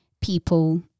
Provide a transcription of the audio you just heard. people